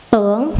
Tưởng